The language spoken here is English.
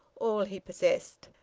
all he possessed.